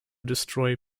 destroy